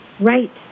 Right